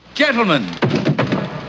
Gentlemen